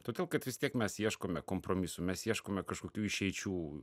todėl kad vis tiek mes ieškome kompromisų mes ieškome kažkokių išeičių